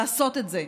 לעשות את זה,